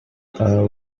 are